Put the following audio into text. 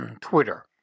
Twitter